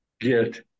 get